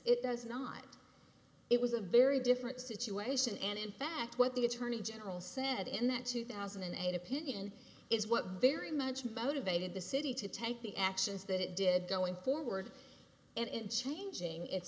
it does not it was a very different situation and in fact what the attorney general said in that two thousand and eight opinion is what very much motivated the city to take the actions that it did going forward and changing it